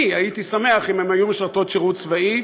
אני הייתי שמח אם הן היו משרתות שירות צבאי.